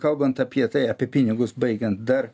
kalbant apie tai apie pinigus baigiant dar